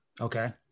Okay